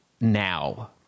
now